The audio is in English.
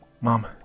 Mom